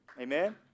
Amen